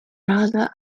rather